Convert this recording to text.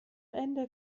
ende